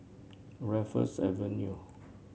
Raffles Avenue